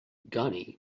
gandhi